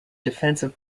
defensive